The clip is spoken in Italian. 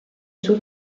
suo